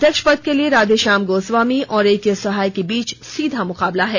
अध्यक्ष पद के लिए राधेश्याम गोस्वामी और एके सहाय के बीच सीधा मुकाबला है